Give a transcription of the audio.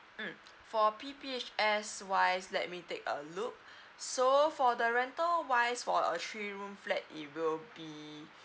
mm for P_P_H_S wise let me take a look so for the rental wise for a three room flat it will be